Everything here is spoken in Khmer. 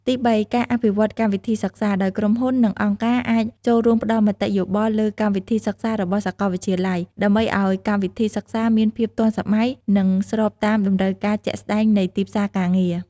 ទីបីការអភិវឌ្ឍកម្មវិធីសិក្សា ដោយក្រុមហ៊ុន និងអង្គការអាចចូលរួមផ្តល់មតិយោបល់លើកម្មវិធីសិក្សារបស់សាកលវិទ្យាល័យ ដើម្បីឱ្យកម្មវិធីសិក្សាមានភាពទាន់សម័យ និងស្របតាមតម្រូវការជាក់ស្តែងនៃទីផ្សារការងារ។